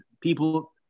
people